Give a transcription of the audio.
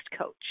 coach